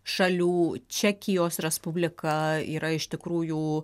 šalių čekijos respublika yra iš tikrųjų